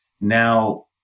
Now